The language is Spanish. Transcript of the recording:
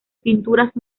pinturas